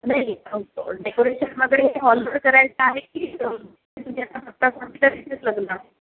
नाही डेकोरेशन वगैरे हॉलवर करायचं आहे की तुम्ही आत्ताच नुकतंच म्हटलं की लग्न